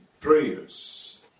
prayers